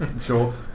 sure